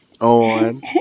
on